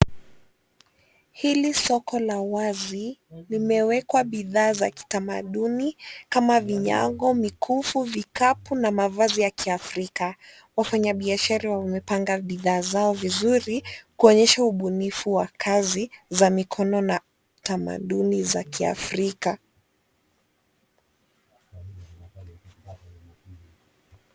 Hili soko la wazi limewekwa bidhaa za kitamaduni, kama vinyango, mikufu, vikapu na mavazi ya kiafrika. Wafanyabiashara wamepanga bidhaa zao vizuri, kuonyesha ubunifu wa kazi za mikono na tamaduni za kiafrika.